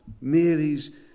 Mary's